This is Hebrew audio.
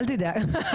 אל תדאג.